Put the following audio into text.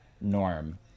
norm